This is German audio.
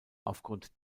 aufgrund